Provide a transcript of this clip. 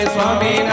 Swami